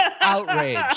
outrage